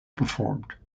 performed